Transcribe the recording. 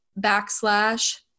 backslash